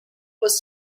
was